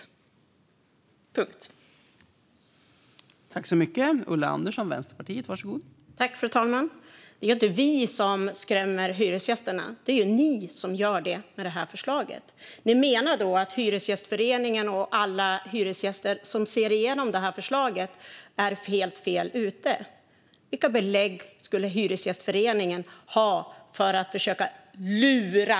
Punkt.